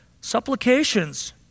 Supplications